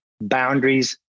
Boundaries